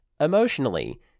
emotionally